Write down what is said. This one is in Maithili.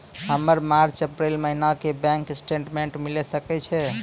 हमर मार्च अप्रैल महीना के बैंक स्टेटमेंट मिले सकय छै?